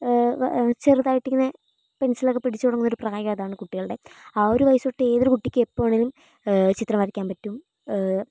ചെറുതായിട്ട് ഇങ്ങനെ പെൻസിലൊക്കെ പിടിച്ചു തുടങ്ങുന്ന ഒരു പ്രായം അതാണ് കുട്ടികളുടെ ആ ഒരു വയസ്സ് തൊട്ട് ഏതൊരു കുട്ടിക്കും എപ്പോ വേണെങ്കിലും ചിത്രം വരയ്ക്കാൻ പറ്റും